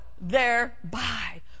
thereby